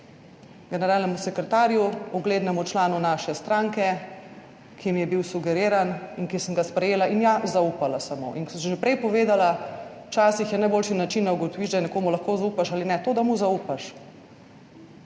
generalnemu sekretarju, uglednemu članu naše stranke, ki mi je bil sugeriran in ki sem ga sprejela in ja, zaupala sem mu. In kot sem že prej povedala, včasih je najboljši način, da ugotoviš, da je nekomu lahko zaupaš ali ne, to, da mu zaupaš,